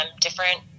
different